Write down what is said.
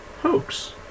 hoax